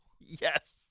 Yes